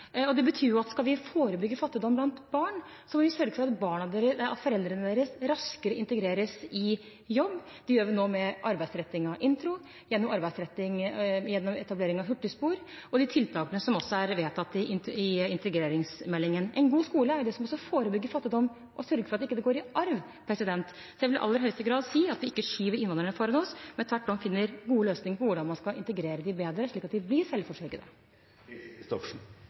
Det betyr at skal vi forebygge fattigdom blant barn, må vi sørge for at foreldrene deres raskere integreres i jobb. Det gjør vi med arbeidsrettingen Intro, gjennom etablering av hurtigspor og gjennom de tiltakene som er vedtatt i forbindelse med integreringsmeldingen. En god skole er det som skal forebygge fattigdom og sørge for at den ikke går i arv. Jeg vil i aller høyeste grad si at vi ikke skyver innvandrerne foran oss, men tvert om finner gode løsninger på hvordan man skal integrere dem bedre, slik at de blir